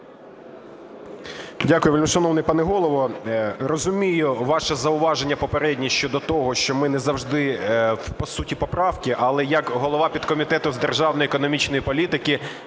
Дякую, вельмишановний пане Голово. Розумію ваше зауваження попереднє щодо того, що ми не завжди по суті поправки, але як голова підкомітету з державної економічної політики